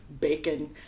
bacon